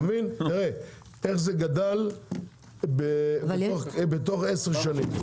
אתה מבין איך זה גדל בתוך 10 שנים.